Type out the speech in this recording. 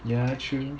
ya true